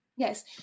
Yes